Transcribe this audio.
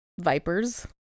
Vipers